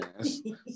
Yes